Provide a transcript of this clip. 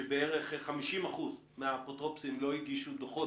שבערך 50% מהאפוטרופוסים לא הגישו דוחות,